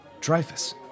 Dreyfus